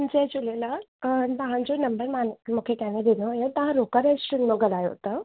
जय झूलेलाल तव्हांजो नम्बर मां मूंखे कंहिं ॾिनो हुओ तां रोका रेस्टोरेंट शुरू करायो अथव